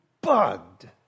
bugged